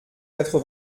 quatre